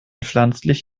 pflanzlich